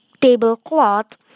tablecloth